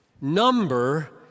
number